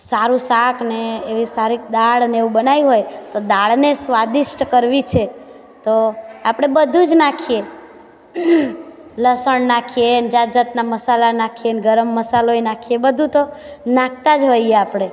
સારું શાક ને એવી સારી દાળ ને એવું બનાવ્યું હોય તો દાળને સ્વાદિષ્ટ કરવી છે તો આપણે બધું જ નાખીએ લસણ નાખીએ ને જાતજાતના મસાલા નાખીએ ને ગરમ મસાલોય નાખીએ બધું તો નાંખતાં જ હોઈએ છીએ આપણે